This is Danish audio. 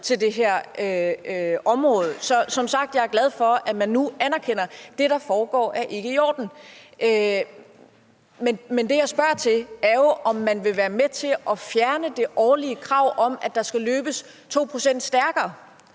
til det her område. Så jeg er som sagt glad for, at man nu anerkender, at det, der foregår, ikke er i orden. Men det, jeg spørger ind til, er, om man vil være med til at fjerne kravet om, at der hvert år skal løbes 2 pct. stærkere.